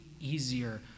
easier